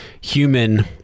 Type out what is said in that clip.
human